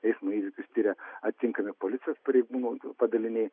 eismo įvykius tiria atitinkami policijos pareigūnų padaliniai